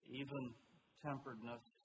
even-temperedness